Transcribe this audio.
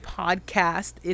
podcast